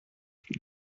ses